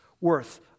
worth